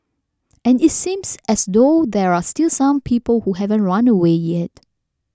and it seems as though there are still some people who haven't run away yet